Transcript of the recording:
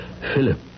Philip